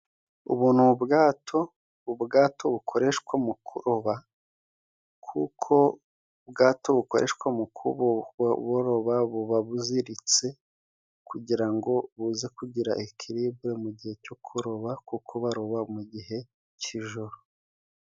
Ubu ni ubwato, ubwato bukoreshwa mu kuroba kuko ubwato bukoreshwa mu kuroba buba buziritse, kugira ngo buze kugira ekiribre mu gihe cyo kuroba kuko baroba mu gihe cy'ijoro.